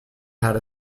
had